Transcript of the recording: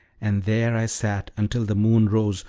and there i sat until the moon rose,